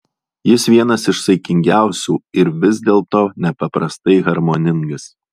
jis vienas iš saikingiausių ir vis dėlto nepaprastai harmoningas